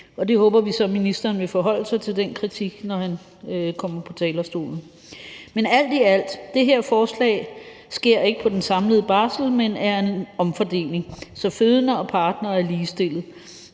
Vi håber så, at ministeren vil forholde sig til den kritik, når han kommer på talerstolen. Men alt i alt vil jeg sige: Det her forslag ændrer ikke på den samlede barsel, men er en omfordeling, så fødende og partnere er ligestillede.